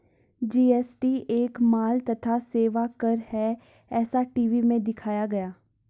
GST एक माल तथा सेवा कर है ऐसा टी.वी में दिखाया गया